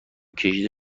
کشیده